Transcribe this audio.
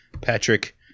Patrick